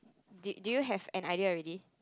did do you have an idea already